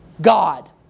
God